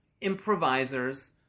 improvisers